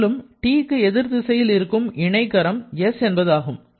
மேலும் T க்கு எதிர் திசையில் இருக்கும் இணைகரம் s ஆகும்